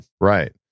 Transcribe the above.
Right